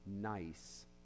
nice